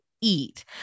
eat